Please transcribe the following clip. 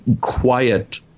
quiet